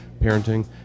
parenting